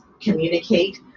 communicate